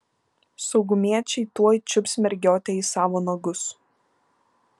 saugumiečiai tuoj čiups mergiotę į savo nagus